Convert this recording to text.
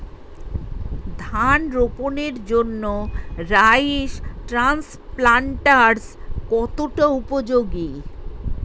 ধান রোপণের জন্য রাইস ট্রান্সপ্লান্টারস্ কতটা উপযোগী?